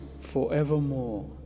forevermore